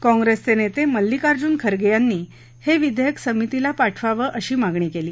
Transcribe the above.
काँप्रेसचे नेते मल्लिकार्जून खर्गे यांनी हे विधेयक समितीला पाठवावे अशी मागणी केली